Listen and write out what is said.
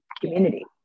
community